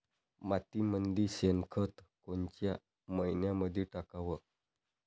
मातीमंदी शेणखत कोनच्या मइन्यामंधी टाकाव?